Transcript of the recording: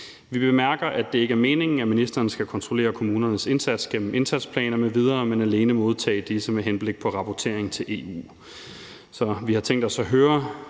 Vi bemærker, at det ikke er meningen, at ministeren skal kontrollere kommunernes indsats gennem indsatsplaner m.v., men alene modtage disse med henblik på rapportering til EU. Så vi har tænkt os at høre,